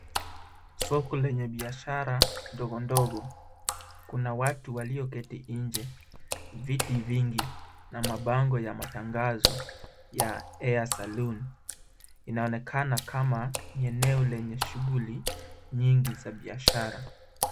Soko lenye biashara ndogo ndogo. Kuna watu walioketi nje. Viti vingi na mabango ya matangazo ya Hair Salon inaonekana kama eneo lenye shughuli nyingi za biashara.